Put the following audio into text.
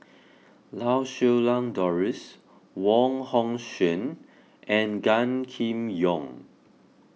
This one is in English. Lau Siew Lang Doris Wong Hong Suen and Gan Kim Yong